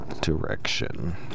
direction